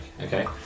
okay